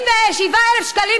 אומר שהשררה עלתה לך למוח.